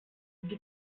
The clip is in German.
die